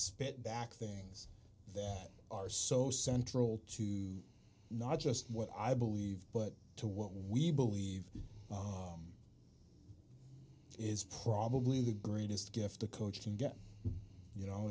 spit back things that are so central to not just what i believe but to what we believe is probably the greatest gift a coach can get you know